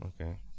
Okay